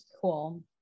cool